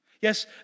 Yes